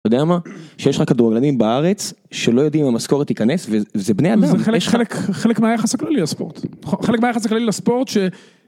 אתה יודע מה? שיש לך כדורגלנים בארץ שלא יודעים אם המשכורת תיכנס וזה בני אדם. זה חלק מהיחס הכללי לספורט. חלק מהיחס הכללי לספורט ש...